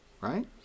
right